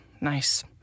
nice